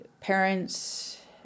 parents